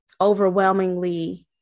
overwhelmingly